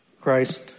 Christ